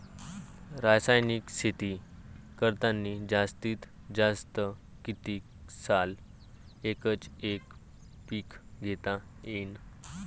रासायनिक शेती करतांनी जास्तीत जास्त कितीक साल एकच एक पीक घेता येईन?